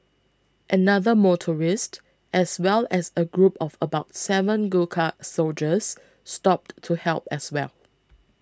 another motorist as well as a group of about seven Gurkha soldiers stopped to help as well